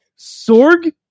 Sorg